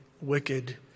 wicked